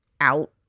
out